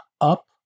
up